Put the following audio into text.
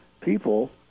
people